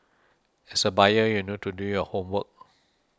as a buyer you need to do your homework